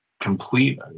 complete